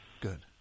Good